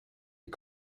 des